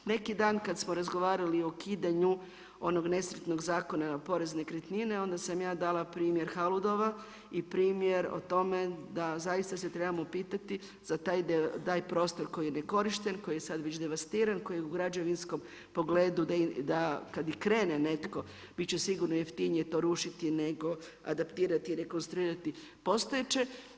Neki dan kada smo razgovarali o ukidanju onog nesretnog Zakona o porezu na nekretnine onda sam ja dala primjer Haludova i primjer o tome da zaista se trebamo pitati za taj prostor koji je nekorišten, koji je sad već devastiran, koji u građevinskog pogledu da kad i krene netko bit će sigurno jeftinije to rušiti nego adaptirati i rekonstruirati postojeće.